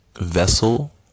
vessel